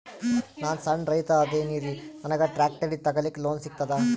ನಾನ್ ಸಣ್ ರೈತ ಅದೇನೀರಿ ನನಗ ಟ್ಟ್ರ್ಯಾಕ್ಟರಿ ತಗಲಿಕ ಲೋನ್ ಸಿಗತದ?